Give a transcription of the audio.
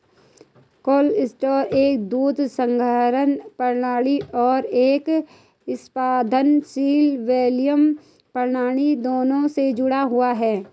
cluster एक दूध संग्रह प्रणाली और एक स्पंदनशील वैक्यूम प्रणाली दोनों से जुड़ा हुआ है